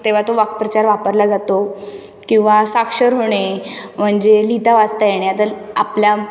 तेव्हा तो वाक्प्रचार वापरला जातो किंवा साक्षर होणे म्हणजे लिहिता वाचता येणे आता लि आपल्या